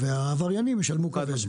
-- והעבריינים ישלמו כבד.